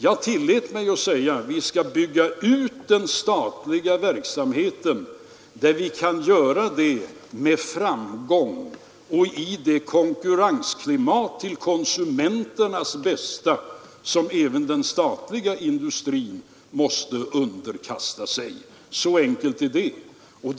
Jag tillät mig säga att vi skall bygga ut den statliga verksamheten där vi kan göra det med framgång och i det konkurrensklimat till konsumenternas bästa som även den statliga industrin måste underkasta sig. Så ligger det alltså till.